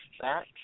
back